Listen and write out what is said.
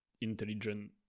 intelligent